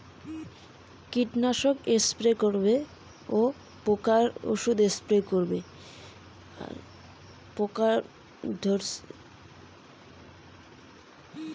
বেগুনের ফল হতেই পচে যাচ্ছে ও পোকা ধরছে কি ব্যবহার করব?